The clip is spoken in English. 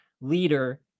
leader